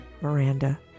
Miranda